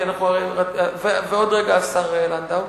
ועוד רגע השר לנדאו: